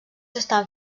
estan